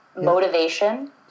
motivation